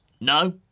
no